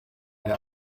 der